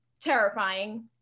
terrifying